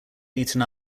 beaten